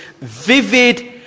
vivid